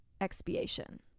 expiation